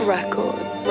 Records